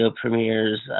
premieres